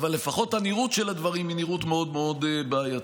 אבל לפחות הנראות של הדברים היא נראות מאוד מאוד בעייתית.